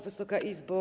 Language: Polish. Wysoka Izbo!